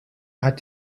hat